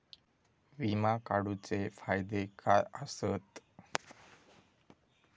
विमा काढूचे फायदे काय आसत?